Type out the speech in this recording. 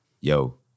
yo